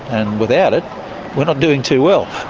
and without it we're not doing too well.